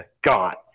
God